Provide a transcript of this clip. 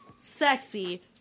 sexy